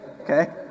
okay